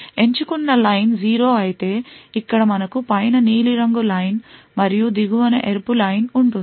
ఎంచుకున్న లైన్ 0 అయితే ఇక్కడ మనకు పైన నీలిరంగు లైన్ మరియు దిగువన ఎరుపు లైన్ ఉంటుంది